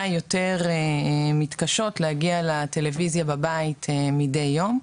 יותר מתקשות להגיע לטלוויזיה בבית מדי יום,